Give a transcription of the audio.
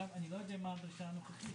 למעשה דומה קצת לחוק קמיניץ',